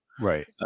Right